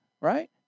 right